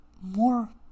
more